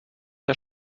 der